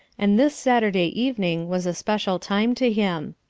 and this saturday evening was a special time to him.